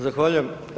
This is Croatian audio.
Zahvaljujem.